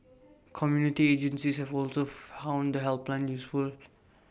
community agencies have also found the helpline useful